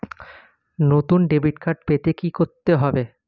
নতুন debit card পেতে কী করতে হবে?